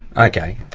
ok,